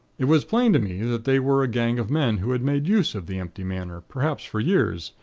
it was plain to me that they were a gang of men who had made use of the empty manor, perhaps for years,